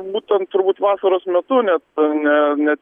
būtent turbūt vasaros metu ne ne ne